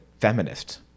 feminists